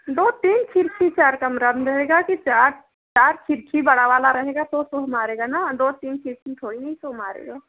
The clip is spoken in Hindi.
दो तीन खिड़की चार कमरे म रहेगी कि चार चार खिड़की बड़ी वाली रहेगी तो तो मारेगा ना दो तीन खिड़की छोड़ेंगे क्यों मारेगा